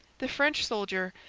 the french soldier,